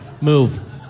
move